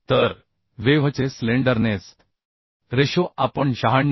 तर वेव्हचे slenderness ratio आपण 96